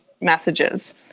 messages